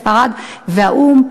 ספרד והאו"ם,